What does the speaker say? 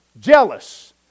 jealous